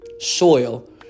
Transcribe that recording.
soil